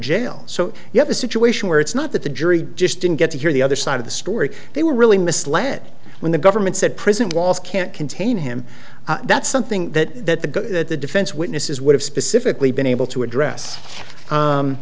jail so you have a situation where it's not that the jury just didn't get to hear the other side of the story they were really misled when the government said prison walls can't contain him that's something that the defense witnesses would have specifically been able to address